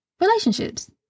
relationships